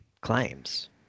claims